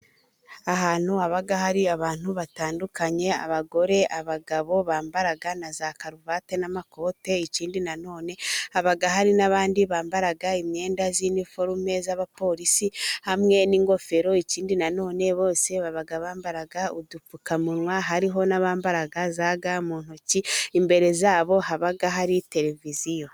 Ahantu haba hari abantu batandukanye abagore, abagabo bambara neza karuvati n'amakote. Ikindi nanone haba hari n'abandi bambara imyenda y'iniforume y'abapolisi hamwe n'ingofero. Ikindi nanone bose baba bambara udupfukamunwa, hariho n'abambara ga mu ntoki imbere yabo haba hari televiziyo.